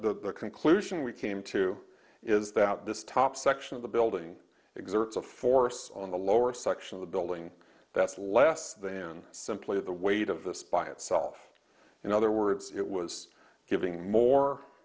the conclusion we came to is that this top section of the building exerts a force on the lower section of the building that's less than simply the weight of this by itself in other words it was giving more